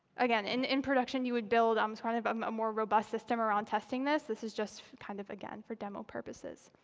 again, in in production, you would build um sort of um a more robust system around testing this. this is just, kind of again, for demo purposes.